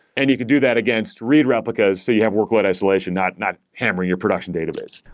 and you could do that against read replicas so you have workload isolation, not not hammering your production database.